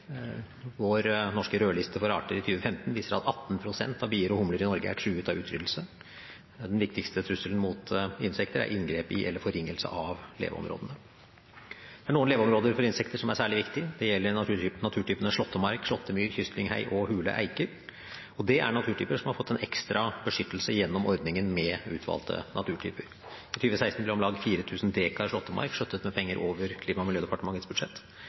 for arter i 2015 viser at 18 pst. av bier og humler i Norge er truet av utryddelse. Den viktigste trusselen mot insekter er inngrep i eller forringelse av deres leveområder. Det er noen leveområder for insekter som er særlig viktige. Det gjelder naturtypene slåttemark, slåttemyr, kystlynghei og hule eiker. Det er naturtyper som har fått en ekstra beskyttelse gjennom ordningen med utvalgte naturtyper. I 2016 ble om lag 4 000 dekar slåttemark skjøttet med penger over Klima- og miljødepartementets budsjett.